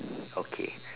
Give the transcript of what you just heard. okay